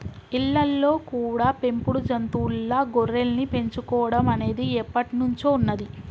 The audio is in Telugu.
ఇళ్ళల్లో కూడా పెంపుడు జంతువుల్లా గొర్రెల్ని పెంచుకోడం అనేది ఎప్పట్నుంచో ఉన్నది